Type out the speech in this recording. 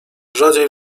rzadziej